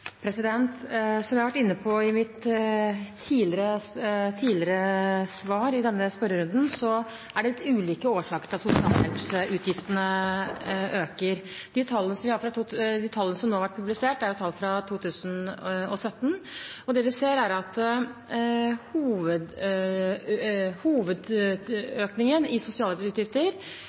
Som jeg har vært inne på i mine tidligere svar i denne spørrerunden, er det ulike årsaker til at sosialhjelpsutgiftene øker. De tallene som nå er publisert, er fra 2017, og det vi ser, er at hovedøkningen i sosialhjelpsutgifter gjelder personer som går på introduksjonsordningen, i kombinasjon med supplerende stønad. Det er kanskje ikke så overraskende at